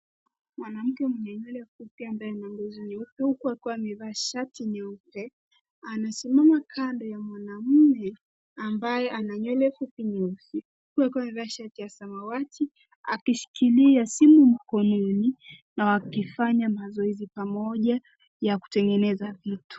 Mwanamke mwenye nywele fupi ambaye ana ngozi nyeusi huku akiwa amevaa shati nyeupe anasimama kando ya mwanamume ambaye ana nywele fupi nyeusi huku akiwa amevaa shati ya samawati akishikilia simu mkononi na wakifanya mazoezi pamoja ya kutengeneza vitu.